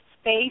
space